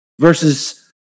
versus